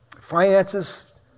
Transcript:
Finances